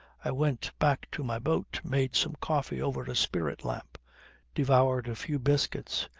i went back to my boat, made some coffee over a spirit-lamp, devoured a few biscuits,